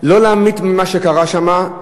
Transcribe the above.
לא להמעיט ממה שקרה שם,